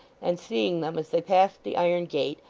and seeing them as they passed the iron gate,